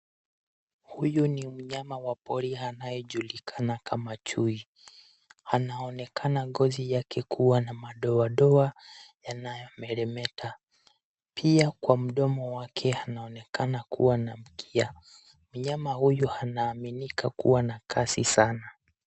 Huyu ni mnyama wa pori anayejulikana kama chui. Anaonekana ngozi yake kuwa na madoadoa yanayomeremeta. Pia kwa mdomo wake anaonekana kuwa na mkia. Mnyama huyu anaaminika kuwa na kasi sana.